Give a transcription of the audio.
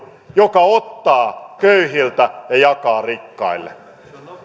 joka ottaa köyhiltä ja jakaa rikkaille